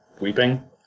weeping